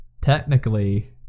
Technically